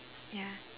ya